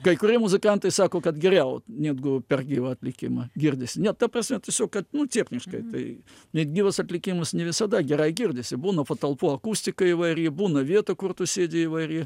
kai kurie muzikantai sako kad geriau negu per gyvą atlikimą girdisi ne ta prasme kad nu techniškai tai net gyvas atlikimas ne visada gerai girdisi būna patalpų akustika įvairi būna vieta kur tu sėdi įvairi